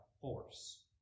force